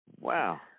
Wow